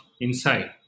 inside